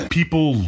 People